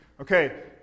Okay